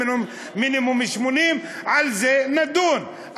מינימום 80. על זה נדון,